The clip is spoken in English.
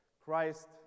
Christ